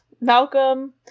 Malcolm